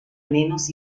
menos